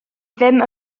ddim